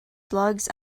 slugs